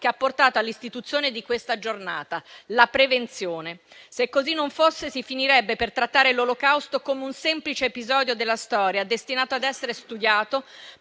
che ha portato all'istituzione di questa giornata: la prevenzione. Se così non fosse, si finirebbe per trattare l'Olocausto come un semplice episodio della storia, destinato ad essere studiato,